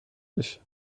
بشه